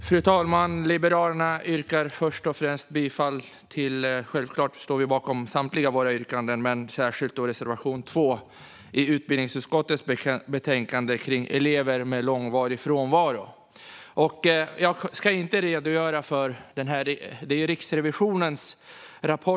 Fru talman! Liberalerna står självklart bakom samtliga sina yrkanden men särskilt reservation 2 i utbildningsutskottets betänkande om elever med långvarig frånvaro. Jag ska inte redogöra för Riksrevisionens rapport.